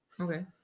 okay